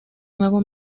nuevo